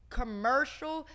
commercial